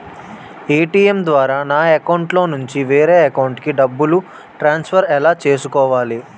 ATM ద్వారా నా అకౌంట్లోనుంచి వేరే అకౌంట్ కి డబ్బులు ట్రాన్సఫర్ ఎలా చేసుకోవాలి?